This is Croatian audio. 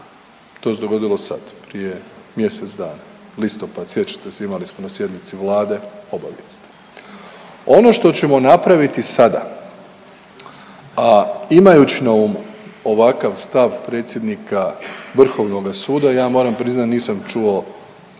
to se dogodilo sad prije mjesec dana, listopad sjećate se, imali smo na sjednici vlade obavijest. Ono što ćemo napraviti sada, a imajuć na umu ovakav stav predsjednika vrhovnoga suda, ja moram priznati nisam čuo